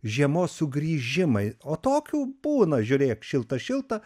žiemos sugrįžimai o tokių būna žiūrėk šilta šilta